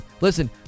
Listen